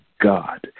God